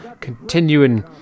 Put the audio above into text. Continuing